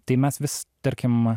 tai mes vis tarkim